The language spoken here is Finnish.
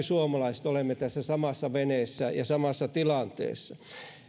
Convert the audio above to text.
suomalaiset olemme tässä samassa veneessä ja samassa tilanteessa